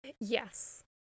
Yes